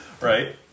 Right